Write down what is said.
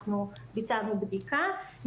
אנחנו ביצענו בדיקה,